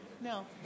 No